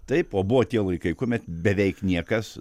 taip o buvo tie laikai kuomet beveik niekas